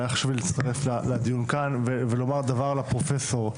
אבל חשוב לי לומר דבר לפרופסור.